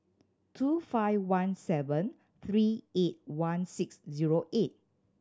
two five one seven three eight one six zero eight